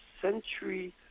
century